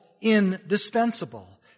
indispensable